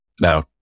Now